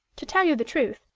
to tell you the truth,